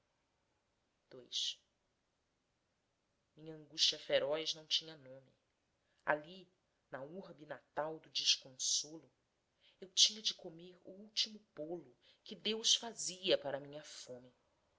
desapareceram minha angústia feroz não tinha nome ali na urbe natal do desconsolo eu tinha de comer o último bolo que deus fazia para a minha fome